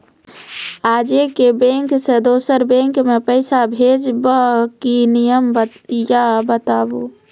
आजे के बैंक से दोसर बैंक मे पैसा भेज ब की नियम या बताबू?